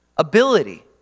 ability